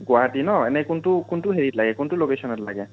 গুৱাহাটী ন এনেই কোনটো কোনটো হেৰিত লাগে কোনটো লোকেশ্বনত লাগে